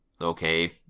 okay